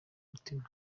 umutima